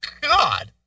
God